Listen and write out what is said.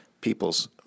people's